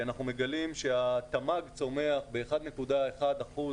אנחנו מגלים שהתמ"ג צומח ב-1.1 אחוז